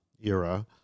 era